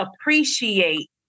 appreciate